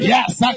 Yes